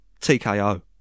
TKO